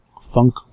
Funk